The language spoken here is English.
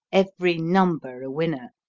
every number a winner.